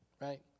right